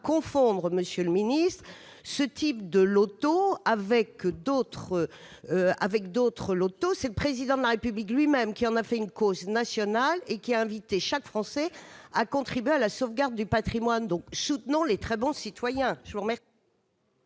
On ne peut pas confondre ce type de loto avec les autres jeux. C'est le Président de la République lui-même qui en a fait une cause nationale et qui a invité chaque Français à contribuer à la sauvegarde du patrimoine. Soutenons les très bons citoyens